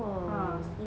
oo